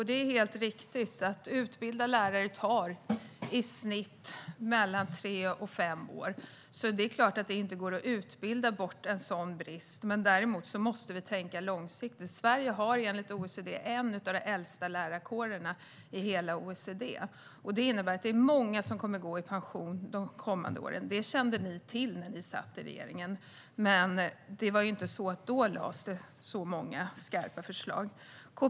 Det är helt riktigt att det tar i snitt tre till fem år att utbilda lärare, så det är klart att det inte går att utbilda bort en sådan brist på kort sikt. Däremot måste vi tänka långsiktigt. Sverige har enligt OECD en av de äldsta lärarkårerna i hela OECD, och det innebär att många kommer att gå i pension de kommande åren. Det kände ni till när ni satt i regeringen, Maria Stockhaus, men det är ju inte så att det lades fram särskilt många skarpa förslag då.